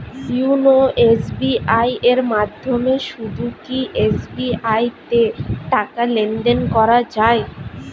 YONO SBI এর মাধ্যমে শুধুই কি এস.বি.আই তে টাকা লেনদেন করা যায়?